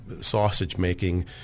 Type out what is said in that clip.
sausage-making